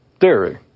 theory